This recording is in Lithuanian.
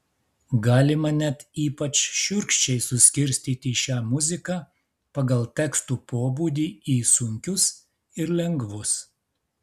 galima net ypač šiurkščiai suskirstyti šią muziką pagal tekstų pobūdį į sunkius ir lengvus